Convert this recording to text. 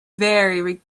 very